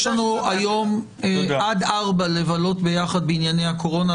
יש לנו היום עד 16:00 לבלות ביחד בענייני הקורונה.